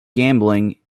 gambling